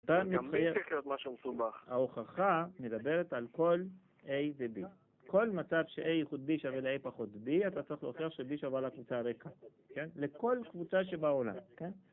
גם מי צריך להיות משהו מסובך? ההוכחה מדברת על כל A וB כל מצב ש-A איחוד B שווה ל-A פחות B אתה צריך להוכיח ש-B שווה לקבוצה הריקה. לכל קבוצה שבעולם